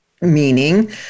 meaning